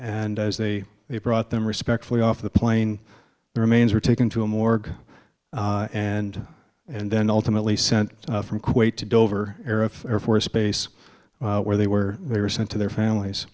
and as they they brought them respectfully off the plane the remains were taken to a morgue and and then ultimately sent from kuwait to dover air of air force base where they were they were sent to their families